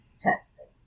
testing